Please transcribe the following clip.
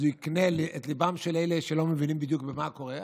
אז הוא יקנה את ליבם של אלה שלא מבינים בדיוק מה קורה.